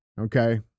okay